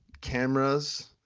cameras